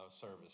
service